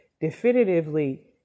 definitively